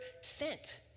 sent